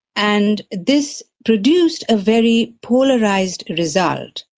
and this produced a very polarised result.